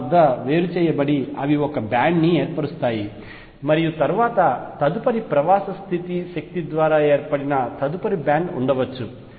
6 వద్ద వేరు చేయబడి అవి ఒక బ్యాండ్ ని ఏర్పరుస్తాయి మరియు తరువాత తదుపరి ప్రవాస స్థితి శక్తి ద్వారా ఏర్పడిన తదుపరి బ్యాండ్ ఉండవచ్చు